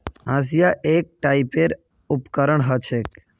हंसिआ एक टाइपेर उपकरण ह छेक